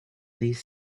these